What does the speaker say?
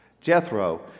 Jethro